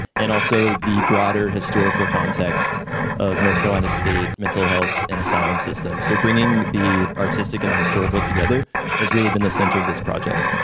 and also the broader historical context of north carolina state mental health and asylum system. so bringing the artistic and historical together has really been the center of this project.